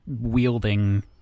wielding